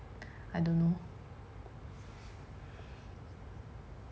I don't know